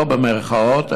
לא במירכאות,